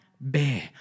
bear